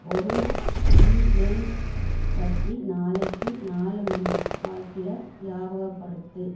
ஒரு ஈவெண்ட் பற்றி நாளைக்கு நாலு மணி வாக்கில் ஞாபகப்படுத்து